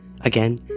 Again